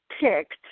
picked